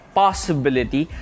possibility